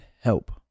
Help